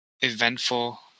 eventful